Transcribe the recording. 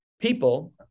People